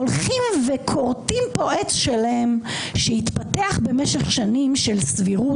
הולכים וכורתים פה עץ שלם שהתפתח במשך שנים של סבירות.